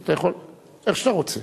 אתה רוצה